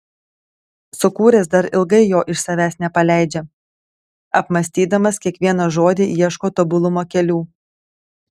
sukūręs dar ilgai jo iš savęs nepaleidžia apmąstydamas kiekvieną žodį ieško tobulumo kelių